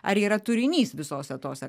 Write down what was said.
ar yra turinys visose tose